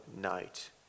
night